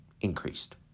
increased